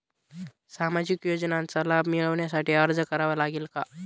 सामाजिक योजनांचा लाभ मिळविण्यासाठी अर्ज करावा लागेल का?